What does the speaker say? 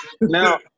Now